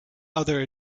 other